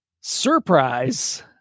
Surprise